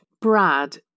Brad